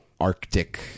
Arctic